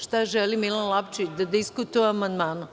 Šta želi Milan Lapčević da diskutuje o amandmanu?